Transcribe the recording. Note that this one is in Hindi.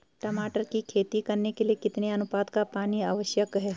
टमाटर की खेती करने के लिए कितने अनुपात का पानी आवश्यक है?